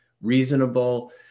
reasonable